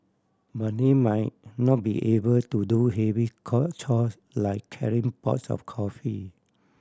but they might not be able to do heavy call chores like carrying pots of coffee